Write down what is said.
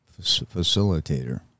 facilitator